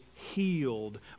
Healed